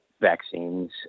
vaccines